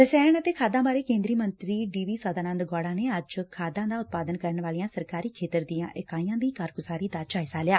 ਰਸਾਇਣ ਅਤੇ ਖਾਦਾਂ ਬਾਰੇ ਕੇਦਰੀ ਮੰਤਰੀ ਡੀ ਵੀ ਸੰਦਾਨੰਦ ਗੌਤਾ ਨੇ ਅੱਜ ਖਾਦਾਂ ਦਾ ਉਤਪਾਦਨ ਕਰਨ ਵਾਲੀਆਂ ਸਰਕਾਰੀ ਖੇਤਰ ਦੀਆਂ ਇਕਾਈਆਂ ਦੀ ਕਾਰਗੁਜਾਰੀ ਦਾ ਜਾਇਜ਼ਾ ਲਿਆ